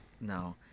No